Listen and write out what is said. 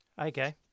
Okay